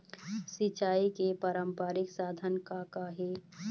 सिचाई के पारंपरिक साधन का का हे?